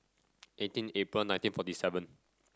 eighteen April nineteen forty seven